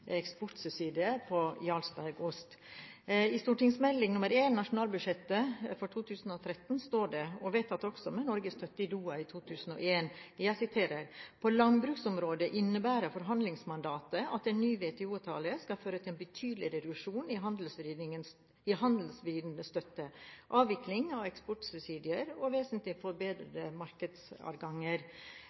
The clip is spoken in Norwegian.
eksportsubsidier på Jarlsbergost. I Meld. St. 1 , nasjonalbudsjettet for 2013, står det – og vedtatt også med Norges støtte i Doha i 2001: «På landbruksområdet innebærer forhandlingsmandatet at en ny WTO-avtale skal føre til betydelig reduksjon i handelsvridende støtte, avvikling av eksportsubsidier og vesentlig